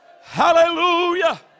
Hallelujah